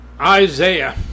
Isaiah